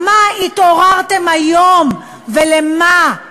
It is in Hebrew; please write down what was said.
מה התעוררתם היום ולמה?